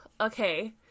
okay